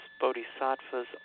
Bodhisattvas